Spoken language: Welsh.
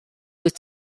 wyt